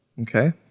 Okay